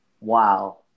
Wow